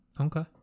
Okay